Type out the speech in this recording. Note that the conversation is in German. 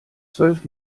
zwölf